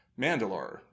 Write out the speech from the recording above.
Mandalore